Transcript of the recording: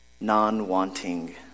non-wanting